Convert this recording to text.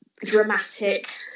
dramatic